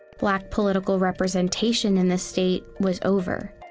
black political representation in the state was over.